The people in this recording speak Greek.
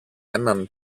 έναν